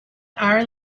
our